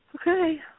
okay